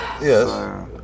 Yes